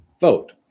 vote